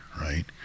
right